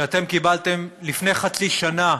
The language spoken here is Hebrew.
שקיבלתם לפני חצי שנה,